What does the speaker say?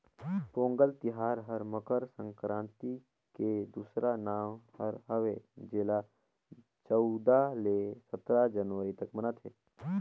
पोगंल तिहार हर मकर संकरांति के दूसरा नांव हर हवे जेला चउदा ले सतरा जनवरी तक मनाथें